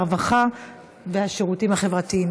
הרווחה והשירותים החברתיים.